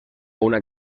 una